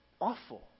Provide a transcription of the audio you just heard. awful